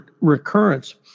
recurrence